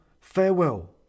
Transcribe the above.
Farewell